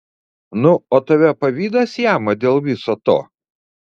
nu o tave pavydas jama dėl viso to